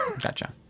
Gotcha